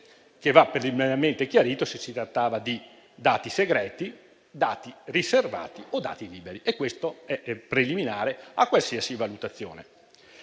che va preliminarmente chiarito se si trattava di dati segreti, dati riservati o dati liberi: questo è preliminare a qualsiasi valutazione.